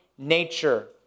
Nature